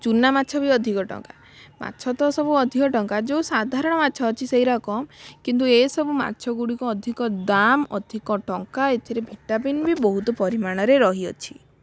ଚୂନା ମାଛ ବି ଅଧିକ ଟଙ୍କା ମାଛ ତ ସବୁ ଅଧିକ ଟଙ୍କା ଯେଉଁ ସାଧାରଣ ମାଛ ଅଛି ସେଇରା କମ କିନ୍ତୁ ଏସବୁ ମାଛ ଗୁଡ଼ିକ ଅଧିକ ଦାମ ଅଧିକ ଟଙ୍କା ଏଥିରେ ଭିଟାମିନ୍ ବି ବହୁତ ପରିମାଣରେ ରହିଅଛି